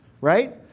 right